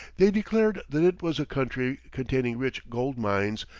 they declared that it was a country containing rich gold-mines,